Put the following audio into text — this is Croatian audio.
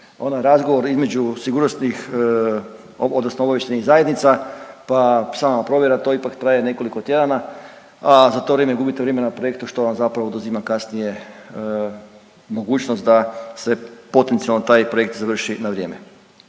onaj razgovor između sigurnosnih odnosno obavještajnih zajednica, pa sama provjera, to ipak traje nekoliko tjedana, a za to vrijeme gubite vrijeme na projektu što vam zapravo oduzima kasnije mogućnost da se potencijalno taj projekt završi na vrijeme.